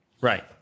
Right